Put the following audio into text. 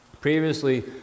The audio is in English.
Previously